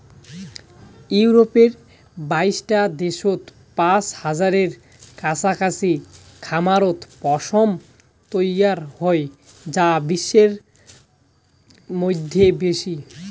ইউরপের বাইশটা দ্যাশত পাঁচ হাজারের কাছাকাছি খামারত পশম তৈয়ার হই যা বিশ্বর মইধ্যে বেশি